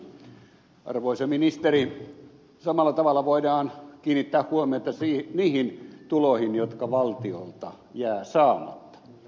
arvoisa ministeri samalla tavalla voidaan kiinnittää huomiota niihin tuloihin jotka valtiolta jäävät saamatta